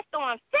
on